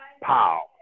pow